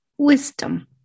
Wisdom